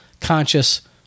conscious